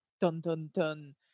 dun-dun-dun